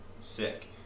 Sick